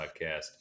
podcast